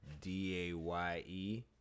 D-A-Y-E